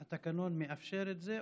אבל התקנון מאפשר את זה,